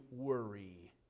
worry